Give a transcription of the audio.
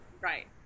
right